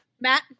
Matt